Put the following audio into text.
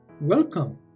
Welcome